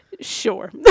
Sure